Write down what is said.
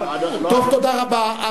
טוב, תודה רבה.